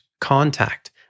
contact